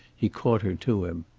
he caught her to him.